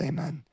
Amen